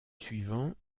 suivant